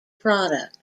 product